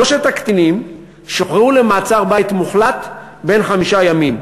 שלושת הקטינים שוחררו למעצר-בית מוחלט בן חמישה ימים,